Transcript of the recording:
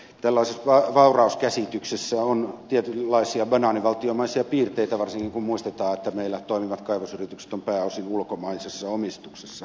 tällaisessa vaurauskäsityksessä on tietynlaisia banaanivaltiomaisia piirteitä varsinkin kun muistetaan että meillä toimivat kaivosyritykset ovat pääosin ulkomaisessa omistuksessa